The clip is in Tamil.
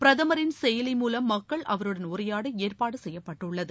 பிரதமரின் செயலி மூலம் மக்கள் அவருடன் உரையாட ஏற்பாடு செய்யப்பட்டுள்ளது